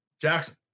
Jackson